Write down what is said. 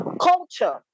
culture